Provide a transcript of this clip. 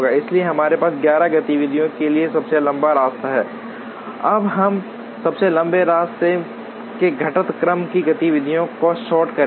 इसलिए हमारे पास 11 गतिविधियों के लिए ये सबसे लंबा रास्ता है अब हम सबसे लंबे रास्ते के घटते क्रम में गतिविधियों को सॉर्ट करेंगे